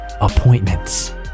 appointments